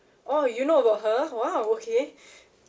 oh you know about her !wow! okay